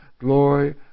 glory